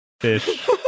fish